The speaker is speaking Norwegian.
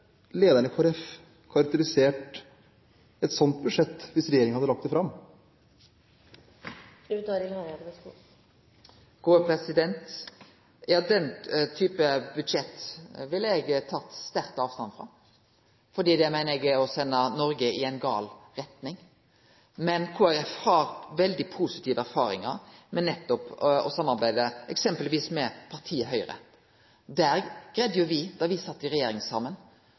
Kristelig Folkeparti karakterisert et sånt budsjett hvis regjeringen hadde lagt det fram? Den typen budsjett ville eg teke sterkt avstand frå, for det meiner eg er å sende Noreg i ei galen retning. Men Kristeleg Folkeparti har veldig positive erfaringar med nettopp å samarbeide eksempelvis med partiet Høgre. Der greidde me jo, da me sat saman i